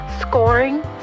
Scoring